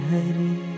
Hari